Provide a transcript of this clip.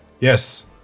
yes